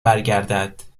برگردد